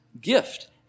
gift